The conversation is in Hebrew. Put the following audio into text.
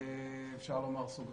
ואפשר לומר סוגרים.